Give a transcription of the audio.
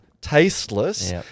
tasteless